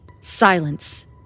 Silence